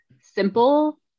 simple